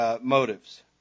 motives